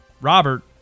Robert